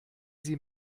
sie